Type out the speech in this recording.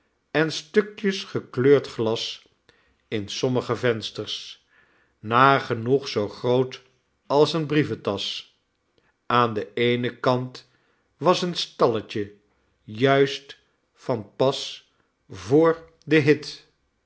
en stukjes gekleurd glas in sommige vensters nagenoeg zoo groot als een brieventasch aan den eenen kant was een stalletje juist van pas voor den hit